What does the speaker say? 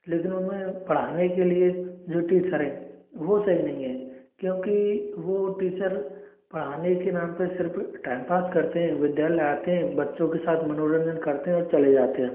लेकिन उनमें पढ़ाने के लिए जो टीचर हैं वो सही नहीं है क्योंकि वो टीचर पढ़ाने के नाम पर सिर्फ टाइम पास करते हैं विद्यालय आते हैं बच्चों के साथ मनोरंजन करते हैं और चले जाते हैं